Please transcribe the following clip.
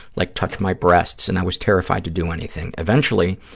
like touch my breasts, and i was terrified to do anything. eventually,